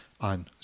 on